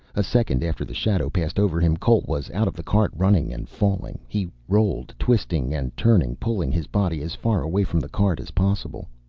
a second after the shadow passed over him, cole was out of the cart, running and falling. he rolled, twisting and turning, pulling his body as far away from the cart as possible.